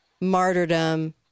martyrdom